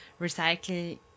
recycle